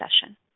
session